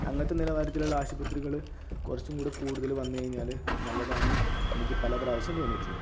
അങ്ങനത്തെ നിലവാരത്തിലുള്ള ആശുപത്രികൾ കുറച്ചും കൂടി കൂടുതൽ വന്ന് കഴിഞ്ഞാൽ നല്ലതാണെന്ന് എനിക്ക് പല പ്രാവശ്യം തോന്നിയിട്ടുണ്ട്